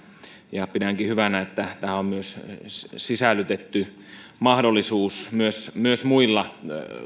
ja pidänkin hyvänä että tähän on sisällytetty mahdollisuus menestyä myös muilla